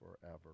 forever